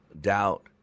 doubt